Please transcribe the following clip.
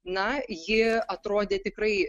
na ji atrodė tikrai